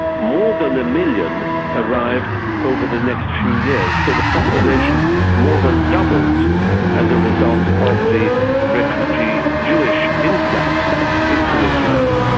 more than a million arrived over the next few years. so the population more than doubled as a result of the refugee jewish influx into israel.